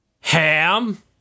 ham